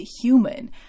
human